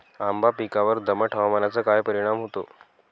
आंबा पिकावर दमट हवामानाचा काय परिणाम होतो?